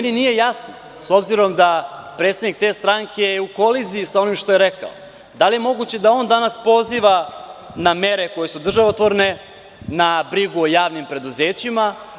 Nije mi jasno, s obzirom da predsednik te stranke je u koliziji sa ovim što je rekao, da li je moguće da on danas poziva na mere koje su državotvorne, na brigu o javnim preduzećima.